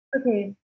okay